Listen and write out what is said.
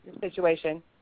situation